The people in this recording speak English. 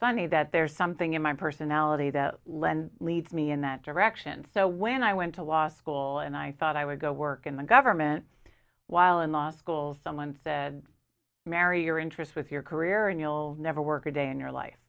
funny that there's something in my personality that len lead me in that direction so when i went to law school and i thought i would go work in the government while in law school someone the marry your interests with your career and you'll never work a day in your life